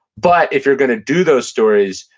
but if you're going to do those stories,